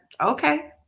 okay